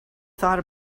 thought